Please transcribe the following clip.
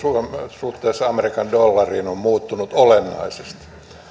suhteessa amerikan dollariin on muuttunut olennaisesti